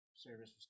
Service